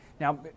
Now